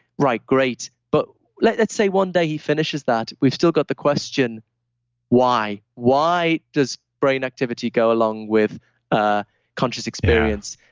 right. great. but let's say one day he finishes that, we've still got the question why, why does brain activity go along with a conscious experience?